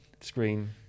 screen